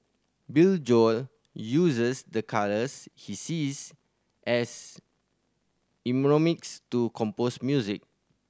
Billy Joel uses the colours he sees as mnemonics to compose music